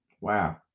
Wow